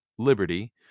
Liberty